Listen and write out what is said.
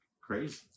crazy